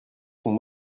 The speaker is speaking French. sont